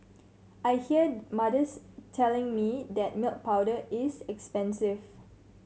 I hear mothers telling me that milk powder is expensive